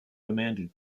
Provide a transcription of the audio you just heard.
demanded